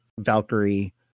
Valkyrie